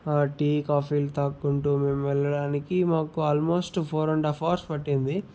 tea కాఫీలు తాక్కుంటూ మేము వెళ్ళడానికి మాకు almost four and half hours పట్టింది